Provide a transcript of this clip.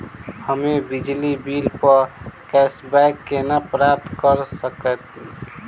हम्मे बिजली बिल प कैशबैक केना प्राप्त करऽ सकबै?